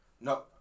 No